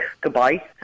Goodbye